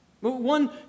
One